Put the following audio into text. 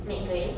mcgri~